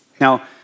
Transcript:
Now